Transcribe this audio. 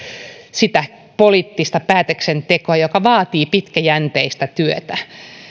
sitä poliittista päätöksentekoa joka vaatii pitkäjänteistä työtä